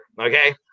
okay